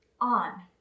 on